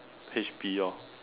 H_P hor